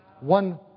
One